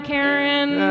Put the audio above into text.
Karen